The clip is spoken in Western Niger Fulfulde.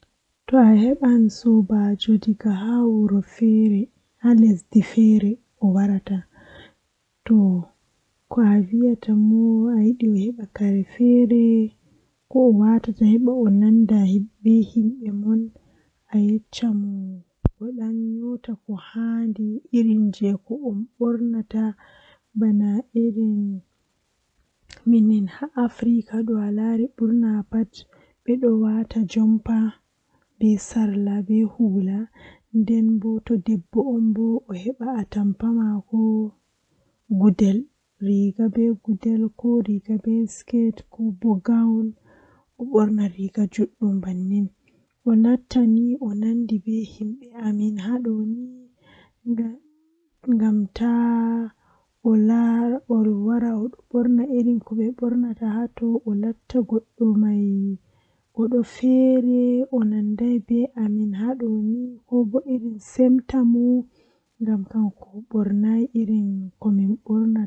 Ndikka mi yahi laarugo fim feere am, ngam tomi yahi laarugo mi yidaahayaniya malla ko saklata am to midon laara. Amma nyamuki to goddo don walla am nyamuki mi midon yia mi buran nyamugo nyamdu man